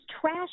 trash